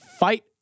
Fight